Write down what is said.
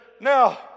now